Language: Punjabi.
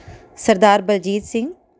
ਸਰਦਾਰ ਬਲਜੀਤ ਸਿੰਘ